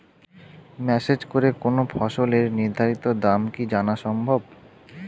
Message করে কোন ফসলের নির্ধারিত দাম কি জানা সম্ভব?